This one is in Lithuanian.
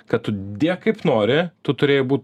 kad tu dėk kaip nori tu turėjai būt